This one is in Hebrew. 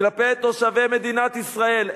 כלפי תושבי מדינת ישראל?